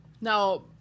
now